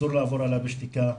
אסור לעבור עליו בשתיקה.